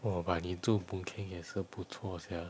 !wah! but 你住 boon keng 也是不错 sia